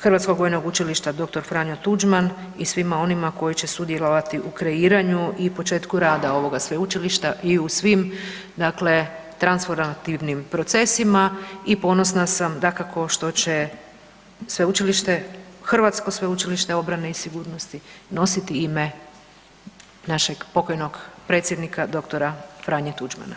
Hrvatskog vojnog učilišta dr. Franjo Tuđman i svima onima koji će sudjelovati u kreiranju i početku rada ovoga sveučilišta i u svim transformativnim procesima i ponosna sam dakako da će Hrvatsko sveučilište obrane i sigurnosti nositi ime našeg pokojnog predsjednika dr. Franje Tuđmana.